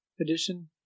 edition